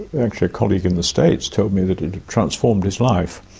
actually a colleague in the states told me that it had transformed his life.